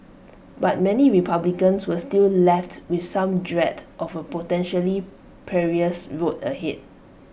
but many republicans were still left with some dread of A potentially perilous road ahead